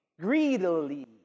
greedily